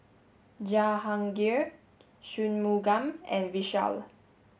Jahangir Shunmugam and Vishal